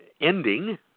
ending